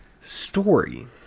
story